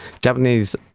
Japanese